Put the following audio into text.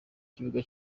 kibuga